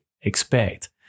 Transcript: expect